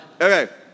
Okay